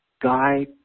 guide